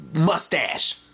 mustache